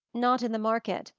not in the market,